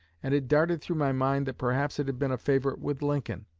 and it darted through my mind that perhaps it had been a favorite with lincoln.